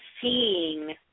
seeing